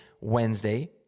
Wednesday